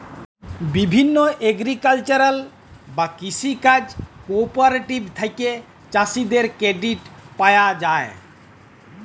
বিভিল্য এগ্রিকালচারাল বা কৃষি কাজ কোঅপারেটিভ থেক্যে চাষীদের ক্রেডিট পায়া যায়